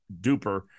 duper